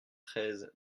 treize